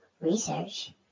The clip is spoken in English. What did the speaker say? research